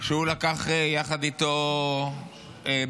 שהוא לקח יחד איתו בכיס.